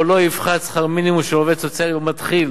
פה לא יפחת שכר מינימום של עובד סוציאלי מתחיל